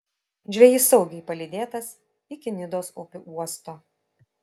žvejys saugiai palydėtas iki nidos upių uosto